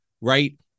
right